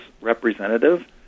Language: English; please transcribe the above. representative